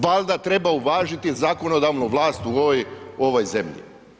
Valjda treba uvažiti zakonodavnu vlast u ovoj zemlji.